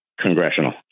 congressional